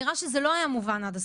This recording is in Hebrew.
נראה שזה לא היה מובן עד הסוף.